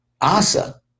asa